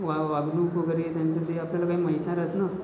वा वागणूक वगैरे त्यांचं ते आपल्याला काही माहीत नाही राहात ना